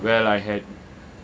well I had